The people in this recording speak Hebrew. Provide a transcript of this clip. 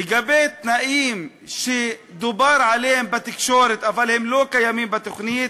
לגבי תנאים שדובר עליהם בתקשורת אבל הם לא קיימים בתוכנית,